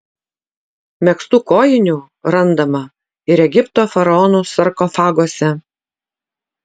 megztų kojinių randama ir egipto faraonų sarkofaguose